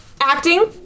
acting